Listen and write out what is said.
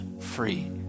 free